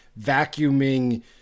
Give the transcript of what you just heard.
vacuuming